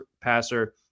passer